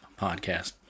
podcast